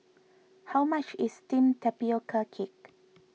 how much is Steamed Tapioca Cake